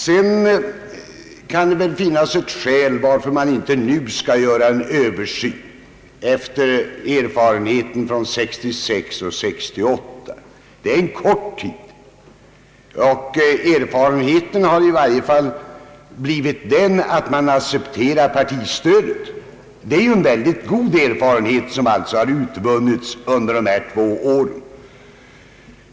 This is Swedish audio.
Det kan finnas skäl som talar för att vi inte nu, efter erfarenheterna från år 1966 och år 1968, skall göra en översyn. Det är en kort tid, och erfarenheten har i varje fall blivit att man accepterar partistödet. Det är alltså en mycket god erfarenhet som har utvunnits under de här två åren.